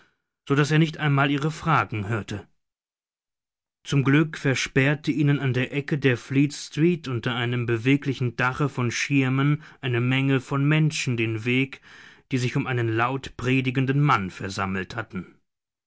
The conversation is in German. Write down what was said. so daß er nicht einmal ihre fragen hörte zum glück versperrte ihnen an der ecke der fleetstreet unter einem beweglichen dache von schirmen eine menge von menschen den weg die sich um einen laut predigenden mann versammelt hatten